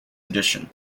edition